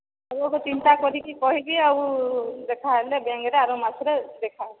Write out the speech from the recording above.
ଆଉ ଗୋଟିଏ ଚିନ୍ତା କରିକି କହିବି ଆଉ ଦେଖାହେଲେ ବ୍ୟାଙ୍କରେ ଆର ମାସରେ ଦେଖା ହେବ